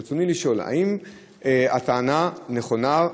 רצוני לשאול: 1. האם הטענה נכונה?